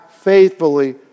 faithfully